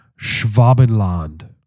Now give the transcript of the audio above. Schwabenland